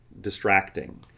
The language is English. distracting